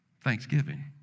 Thanksgiving